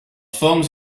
fongs